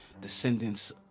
descendants